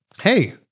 hey